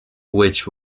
which